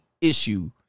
issue